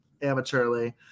amateurly